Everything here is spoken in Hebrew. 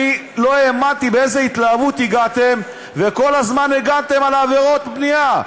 אני לא האמנתי באיזו התלהבות הגעתם וכל הזמן הגנתם על עבירות בנייה.